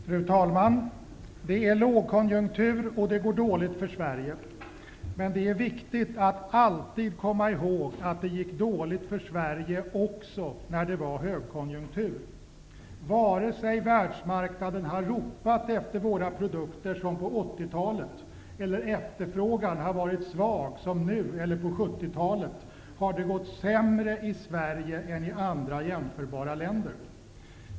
Fru talman! Det är lågkonjunktur, och det går dåligt för Sverige. Men det är viktigt att alltid komma ihåg att det gick dåligt för Sverige också när det var högkonjunktur. Vare sig världsmarknaden har ropat efter våra produkter, som på 80-talet, eller efterfrågan har varit svag, som nu och på 70 talet, har det gått sämre i Sverige än i andra jämförbara länder.